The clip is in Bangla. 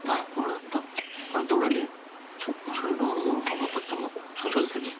তার পরে তখন মানে দৌড়ালে শরীরের অঙ্গ অঙ্গ প্রত্যঙ্গ সচল থাকে